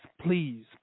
please